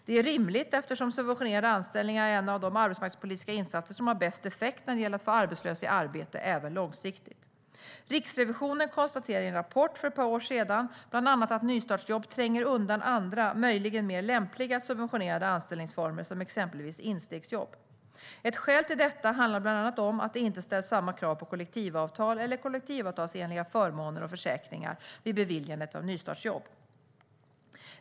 Det är rimligt eftersom subventionerade anställningar är en av de arbetsmarknadspolitiska insatser som har bäst effekt när det gäller att få arbetslösa i arbete även långsiktigt. Riksrevisionen konstaterade i en rapport för ett par år sedan bland annat att nystartsjobb tränger undan andra, möjligen mer lämpliga, subventionerade anställningsformer som instegsjobb. Ett skäl till detta är bland annat att det inte ställs samma krav på kollektivavtal eller kollektivavtalsenliga förmåner och försäkringar vid beviljande av nystartsjobb.